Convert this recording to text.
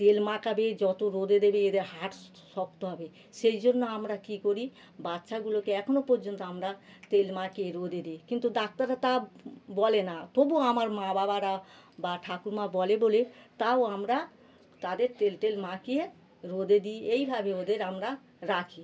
তেল মাখাবে যতো রোদে দেবে এদের হাড় শক্ত হবে সেই জন্য আমরা কী করি বাচ্চাগুলোকে এখনো পর্যন্ত আমরা তেল মাখিয়ে রোদে দিই কিন্তু ডাক্তাররা তা বলে না তবু আমার মা বাবারা বা ঠাকুমা বলে বলে তাও আমরা তাদের তেল টেল মাখিয়ে রোদে দিই এইভাবে ওদের আমরা রাখি